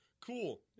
Cool